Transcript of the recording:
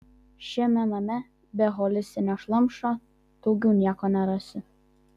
šiame name be holistinio šlamšto daugiau nieko nerasi